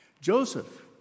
Joseph